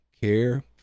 care